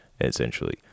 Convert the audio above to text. essentially